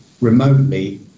remotely